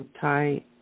tight